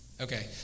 Okay